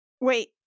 Wait